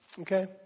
Okay